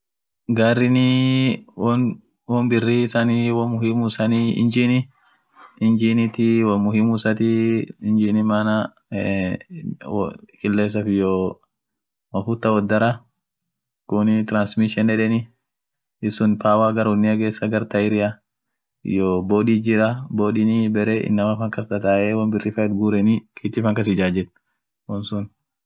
computernii component ishianii central process unity CPU. ishinsunii ak ishian won maelekezo ishian woisaabaati ishian malumsunii. Random access memory, RAM. ishinsunii datafa wonsun olkeeti. storagiit jira, mother boardiit jira ishin sun bare fifinyenii won wolba achkasjirt